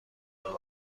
داد